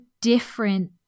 different